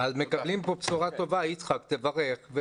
מקבלים פה בשורה טובה, יצחק, תברך.